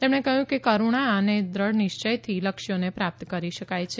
તેમણે કહયું કે કરુણા અને દૃઢ નિશ્ચયથી લક્ષ્યોને પ્રાપ્ત કરી શકાય છે